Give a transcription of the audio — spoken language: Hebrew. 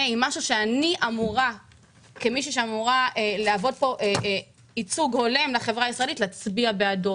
אחד עם משהו שאני אמורה כמייצגת את החברה הישראלית להצביע בעדו.